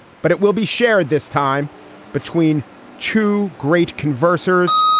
but it will be shared this time between two great converters.